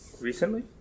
recently